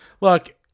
look